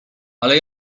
ale